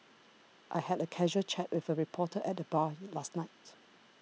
I had a casual chat with a reporter at the bar last night